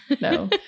no